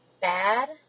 bad